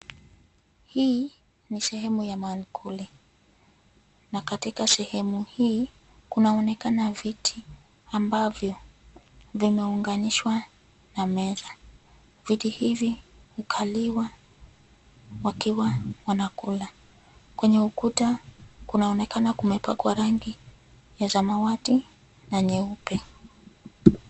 Hii, ni sehemu ya maamkuli, na katika sehemu hii, kunaonekana viti, ambavyo, vimeunganishwa, na meza, viti hivi, hukaliwa, wakiwa wanakula, kwenye ukuta, kunaonekana kumepakwa rangi, ya samawati, na nyeupe.